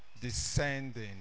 descending